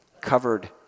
covered